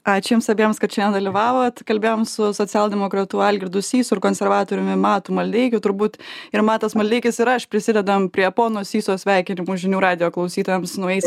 ačiū jums abiems kad šiandien dalyvavot kalbėjom su socialdemokratu algirdu sysu ir konservatoriumi matu maldeikiu turbūt ir matas maldeikis ir aš prisidedam prie pono syso sveikinimų žinių radijo klausytojams su naujais